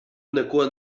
neko